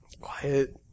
Quiet